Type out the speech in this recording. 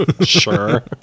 sure